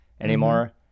anymore